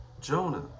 Jonah